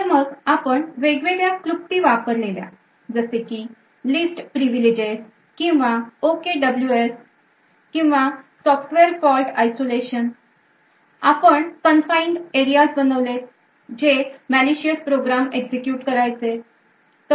तर मग आपण वेगवेगळ्या क्लुप्ती वापरलेल्या जसे की least privileges किंवा okws किंवा software fault isolation आपण confined areas बनवलेत जे malicious programs execute करायचेत